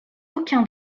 aucun